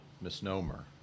misnomer